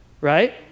right